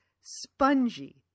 spongy